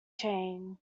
chain